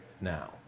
now